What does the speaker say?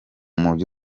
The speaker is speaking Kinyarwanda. mujyi